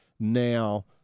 Now